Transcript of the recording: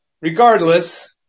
Regardless